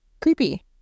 Creepy